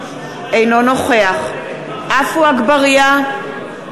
אינו נוכח עפו אגבאריה,